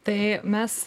tai mes